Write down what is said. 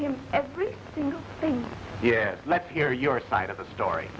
him every single thing yeah let's hear your side of the story